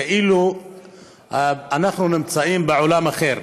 כאילו אנחנו נמצאים בעולם אחר,